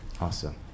awesome